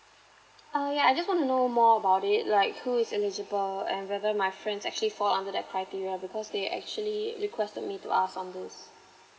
uh ya I just want to know more about it like who is eligible and whether my friends actually fall under that criteria because they actually requested me to ask on this